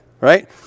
right